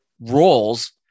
roles